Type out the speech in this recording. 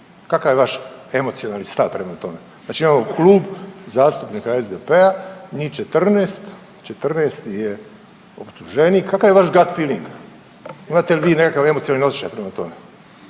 Kakav je vaš emocionalni stav prema tome, znači imamo Klub zastupnika SDP-a, njih 14, 14-i je optuženik, kakav je Vaš gad filing imate li vi nekakav emocionalni osjećaj prema tome.